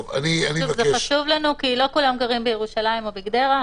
נכון להיום התקנות לא חלות עדיין על נתוני שירותים בנכס פיננסי,